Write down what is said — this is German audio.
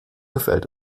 gefällt